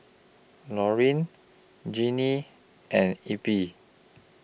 Lorene Jeanine and Eppie